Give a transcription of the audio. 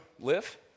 live